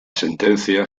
sentencia